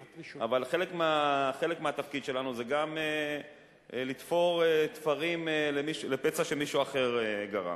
אבל חלק מהתפקיד שלנו זה גם לתפור תפרים לפצע שמישהו אחר גרם.